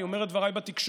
אני אומר את דבריי בתקשורת,